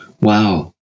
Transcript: Wow